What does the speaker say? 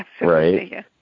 right